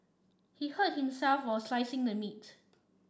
he hurt himself while slicing the meat